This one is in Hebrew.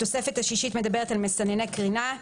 התוספת השישית מדברת על מסנני קרינה.